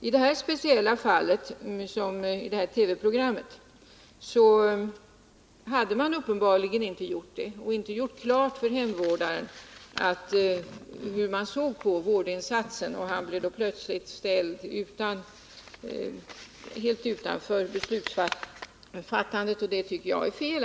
I det speciella fall som togs upp i TV-programmet hade man uppenbarligen inte gjort klart för hemvårdaren hur man såg på vårdinsatsen, utan han hade plötsligt blivit ställd helt utanför beslutsfattandet. Det tycker jag är fel.